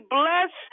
bless